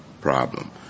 problem